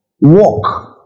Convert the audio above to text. walk